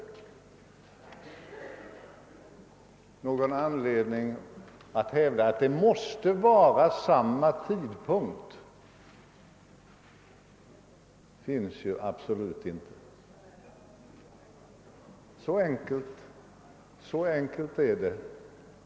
Det finns absolut inte någon anledning att hävda att det måste ske vid samma tidpunkt. Så enkelt är det.